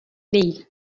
değil